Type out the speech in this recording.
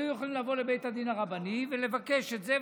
היו יכולים לבוא לבית הדין הרבני ולבקש את זה,